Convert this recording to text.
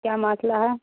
کیا مسئلہ ہے